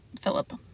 Philip